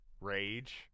rage